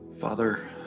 Father